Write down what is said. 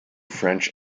french